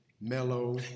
mellow